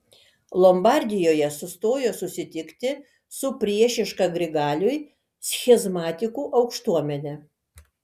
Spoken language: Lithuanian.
lombardijoje sustojo susitikti su priešiška grigaliui schizmatikų aukštuomene